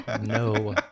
No